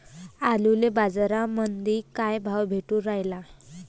आलूले बाजारामंदी काय भाव भेटून रायला?